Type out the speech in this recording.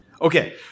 Okay